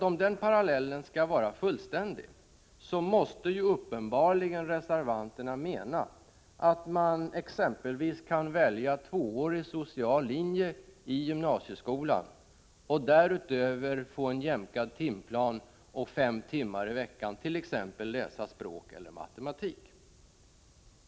Om den parallellen skall vara fullständig, måste uppenbarligen reservanterna mena att man exempelvis kan välja tvåårig social linje i gymnasieskolan och därutöver få en jämkad timplan och fem timmar i veckan t.ex. läsa språk eller matematik.